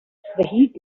heat